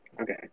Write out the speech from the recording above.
Okay